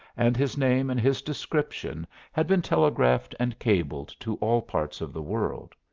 and his name and his description had been telegraphed and cabled to all parts of the world.